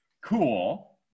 cool